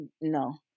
no